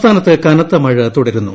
സംസ്ഥാനത്ത് കനത്ത മഴ തുടരുന്നു